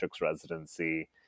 residency